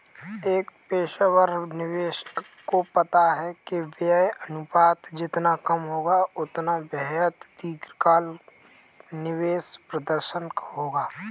एक पेशेवर निवेशक को पता है कि व्यय अनुपात जितना कम होगा, उतना बेहतर दीर्घकालिक निवेश प्रदर्शन होगा